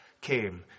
came